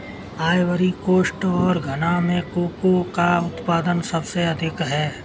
Ivory coast और घना में कोको का उत्पादन सबसे अधिक है